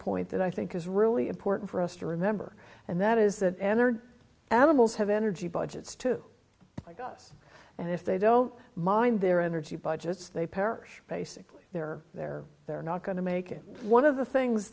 point that i think is really important for us to remember and that is that energy animals have energy budget to us and if they don't mind their energy budgets they perish basically they're there they're not going to make it one of the things